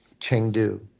Chengdu